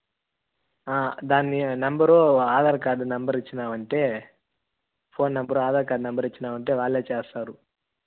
దాన్ని number Aadhaar card number ఫ ఇచ్చినావు అంటే phone number Aadhaar card number ఇచ్చినావు అంటే వాళ్ళే చేస్తారు